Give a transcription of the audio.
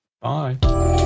bye